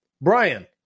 Brian